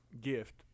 gift